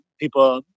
people